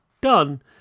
done